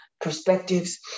perspectives